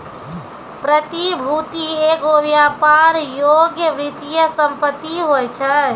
प्रतिभूति एगो व्यापार योग्य वित्तीय सम्पति होय छै